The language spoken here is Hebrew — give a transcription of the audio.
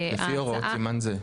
לפי הוראות סימן זה.